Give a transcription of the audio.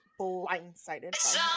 blindsided